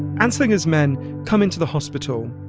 anslinger's men come into the hospital